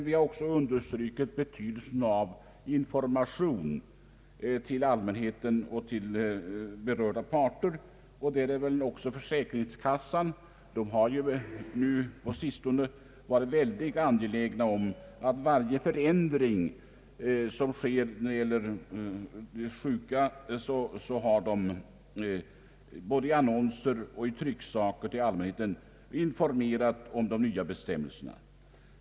Vi har även understrukit betydelsen av information till allmänheten och berörda parter. Försäkringskassan har på sistone varit väldigt angelägen om att varje förändring som sker skall meddelas de sjuka. Försäkringskassan har i annonser och trycksaker informerat om nya bestämmelser.